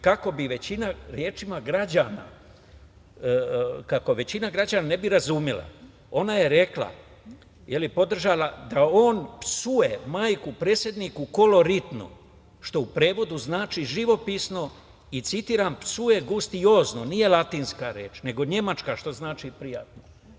Kako bi većina građana razumela, ona je rekla, podržala, da on psuje majku predsedniku koloritno, što u prevodu znači živopisno, i citiram, psuje gustiozno, nije latinska reč, nego nemačka, što znači prijatno.